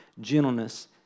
gentleness